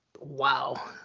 Wow